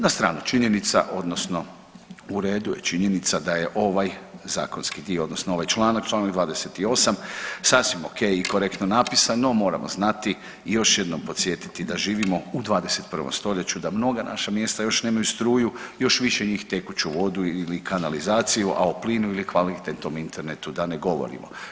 Na stranu činjenica, odnosno u redu je činjenica da je ovaj zakonski dio, odnosno ovaj članak, čl. 28 sasvim okej i korektno napisan, no moramo znati i još jednom podsjetiti da živimo u 21. st., da mnoga naša mjesta još nemaju struju, još više njih tekuću vodu ili kanalizaciju, a o plinu ili kvalitetnom internetu da ne govorimo.